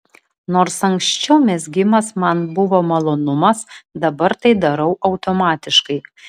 nors anksčiau mezgimas man buvo malonumas dabar tai darau automatiškai